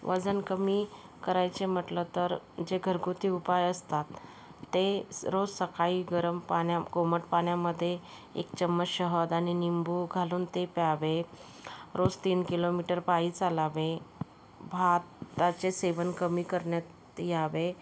वजन कमी करायचे म्हटलं तर जे घरगुती उपाय असतात ते रोज सकाळी गरम पाण्या कोमट पाण्यामधे एक चम्मच शहद आणि निंबू घालून ते प्यावे रोज तीन किलोमीटर पायी चालावे भाताचे सेवन कमी करण्यात यावे